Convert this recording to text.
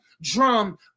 drum